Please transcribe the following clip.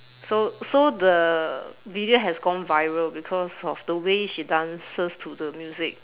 so so the video has gone viral because of the way she dances to the music